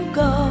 go